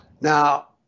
Now